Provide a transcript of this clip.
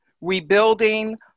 rebuilding